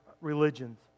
religions